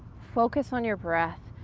focus on your breath.